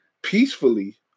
peacefully